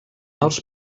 els